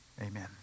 amen